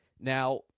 Now